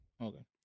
Okay